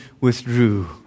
withdrew